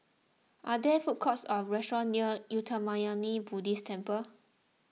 are there food courts or restaurants near Uttamayanmuni Buddhist Temple